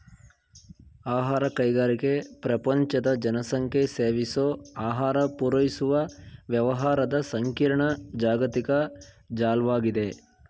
ಆಹಾರ ಕೈಗಾರಿಕೆ ಪ್ರಪಂಚದ ಜನಸಂಖ್ಯೆಸೇವಿಸೋಆಹಾರಪೂರೈಸುವವ್ಯವಹಾರದಸಂಕೀರ್ಣ ಜಾಗತಿಕ ಜಾಲ್ವಾಗಿದೆ